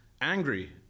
angry